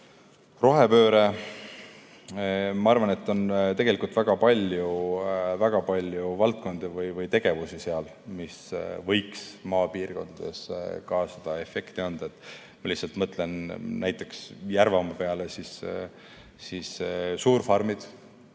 Rohepööre. Ma arvan, et tegelikult on väga palju valdkondi või tegevusi, mis võiks maapiirkondades ka seda efekti anda. Ma lihtsalt mõtlen näiteks Järvamaa peale – suurfarmid